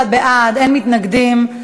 21 בעד, אין מתנגדים.